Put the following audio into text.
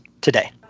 today